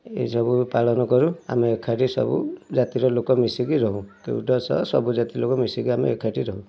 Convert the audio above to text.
ଏଇ ସବୁ ପାଳନ କରୁ ଆମେ ଏକାଠି ସବୁ ଜାତିର ଲୋକ ମିଶିକି ରହୁ କେଉଟ ସହ ସବୁଜାତି ଲୋକ ମିଶିକି ଆମେ ଏକାଠି ରହୁ